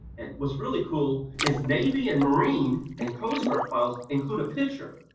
and what's really cool is navy, and marine, and coast guard files include a picture.